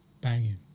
banging